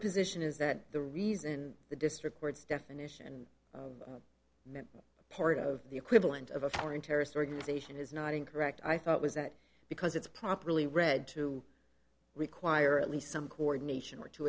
position is that the reason the district court's definition part of the equivalent of a foreign terrorist organization is not incorrect i thought was that because it's properly read to require at least some coordination or to